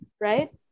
right